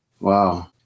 Wow